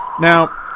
Now